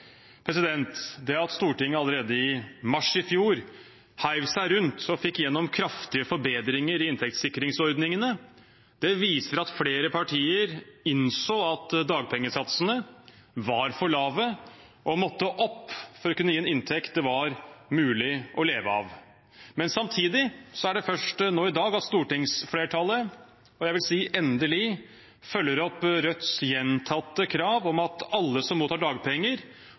Det at Stortinget allerede i mars i fjor hev seg rundt og fikk igjennom kraftige forbedringer i inntektssikringsordningene, viser at flere partier innså at dagpengesatsene var for lave og måtte opp for å kunne gi en inntekt det var mulig å leve av. Samtidig er det først nå i dag at stortingsflertallet – jeg vil si endelig – følger opp Rødts gjentatte krav om at alle som mottar dagpenger,